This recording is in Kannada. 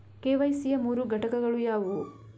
ಕೆ.ವೈ.ಸಿ ಯ ಮೂರು ಘಟಕಗಳು ಯಾವುವು?